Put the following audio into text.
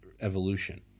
evolution